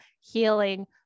healing